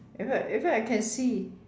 in fact in fact I can see